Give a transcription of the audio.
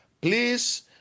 Please